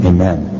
Amen